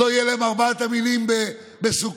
לא יהיו להם ארבעת המינים בסוכות,